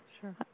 Sure